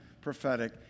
prophetic